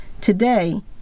Today